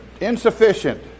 insufficient